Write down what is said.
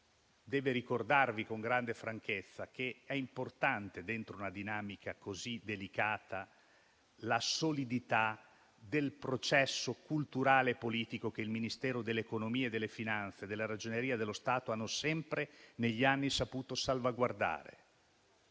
deve ricordarvi con grande franchezza che è importante, all'interno di una dinamica così delicata, la solidità del processo culturale e politico che il Ministero dell'economia e delle finanze e della Ragioneria dello Stato negli anni hanno sempre saputo salvaguardare.